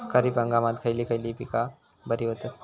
खरीप हंगामात खयली पीका बरी होतत?